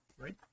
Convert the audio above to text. right